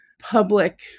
public